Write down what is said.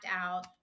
out